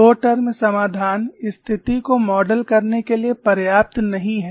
दो टर्म समाधान स्थिति को मॉडल करने के लिए पर्याप्त नहीं है